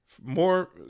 more